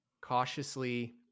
cautiously